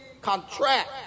contract